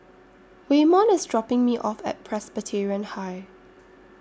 Waymon IS dropping Me off At Presbyterian High